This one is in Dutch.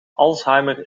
alzheimer